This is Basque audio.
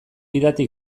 didate